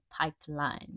pipeline